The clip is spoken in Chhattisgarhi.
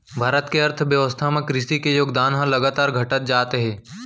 भारत के अर्थबेवस्था म कृसि के योगदान ह लगातार घटत जात हे